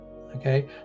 Okay